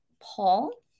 Paul